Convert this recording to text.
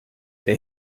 der